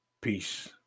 Peace